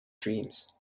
dreams